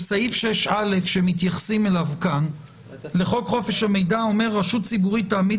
6(א) לחוק חופש המידע אומר: "רשות ציבורית תעמיד